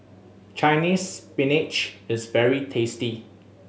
Chinese Spinach is very tasty